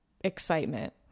excitement